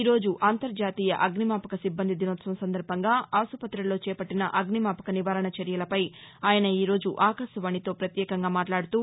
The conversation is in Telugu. ఈరోజు అంతుర్జాతీయ అగ్నిమాపక సిబ్బంది దినోత్సవం సందర్భంగా ఆస్పత్తుల్లో చేపట్టిన అగ్నిమాపక నివారణ చర్యలపై ఆయన ఈరోజు ఆకాశవాణితో పత్యేకంగా మాట్లాదుతూ